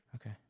Okay